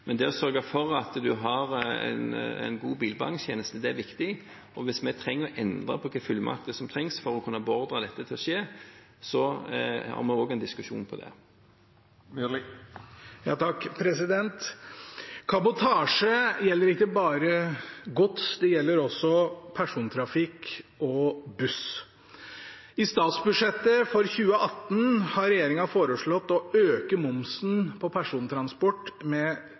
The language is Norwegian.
Men det å sørge for at en har en god bilbergingstjeneste, er viktig, og hvis vi trenger å endre på de fullmaktene som trengs for å kunne beordre dette til å skje, har vi også en diskusjon på det. Kabotasje gjelder ikke bare gods. Det gjelder også persontrafikk og buss. I statsbudsjettet for 2018 har regjeringen foreslått å øke momsen på persontransport med